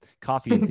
coffee